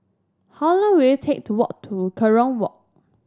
how long will it take to walk to Kerong Walk